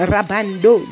Rabando